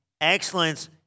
excellence